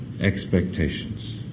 expectations